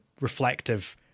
reflective